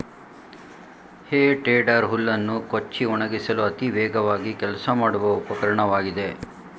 ಹೇ tedder ಹುಲ್ಲನ್ನು ಕೊಚ್ಚಿ ಒಣಗಿಸಲು ಅತಿ ವೇಗವಾಗಿ ಕೆಲಸ ಮಾಡುವ ಉಪಕರಣವಾಗಿದೆ